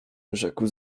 rzekł